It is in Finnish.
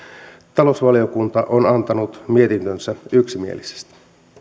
talousvaliokunta on antanut mietintönsä yksimielisesti